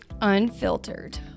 unfiltered